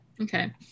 Okay